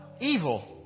Evil